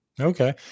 Okay